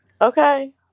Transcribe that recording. Okay